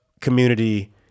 community